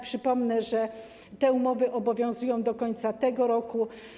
Przypomnę, że umowy obowiązują do końca tego roku.